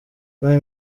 prime